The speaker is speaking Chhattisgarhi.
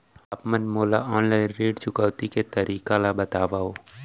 आप मन मोला ऑनलाइन ऋण चुकौती के तरीका ल बतावव?